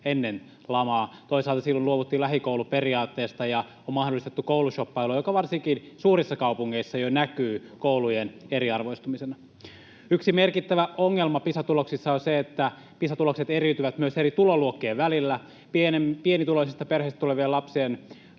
ennen lamaa. Toisaalta silloin luovuttiin lähikouluperiaatteesta, ja on mahdollistettu koulushoppailu, joka varsinkin suurissa kaupungeissa jo näkyy koulujen eriarvoistumisena. Yksi merkittävä ongelma Pisa-tuloksissa on se, että Pisa-tulokset eriytyvät myös eri tuloluokkien välillä. Pienituloisista perheistä tulevien lapsien